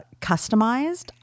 customized